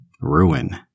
ruin